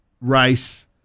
Rice